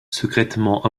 secrètement